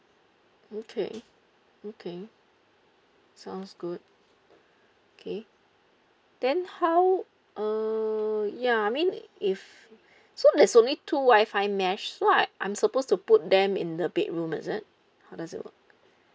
okay okay sounds good okay then how uh ya I mean if so there's only two WI-FI mesh so I I'm supposed to put them in the bedroom is it how does it work